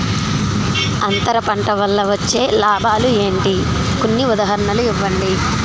అంతర పంట వల్ల వచ్చే లాభాలు ఏంటి? కొన్ని ఉదాహరణలు ఇవ్వండి?